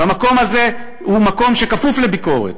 והמקום הזה הוא מקום שכפוף לביקורת,